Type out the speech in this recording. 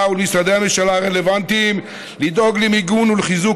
ולמשרדי הממשלה הרלוונטיים לדאוג למיגון ולחיזוק